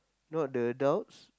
not the adults